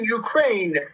ukraine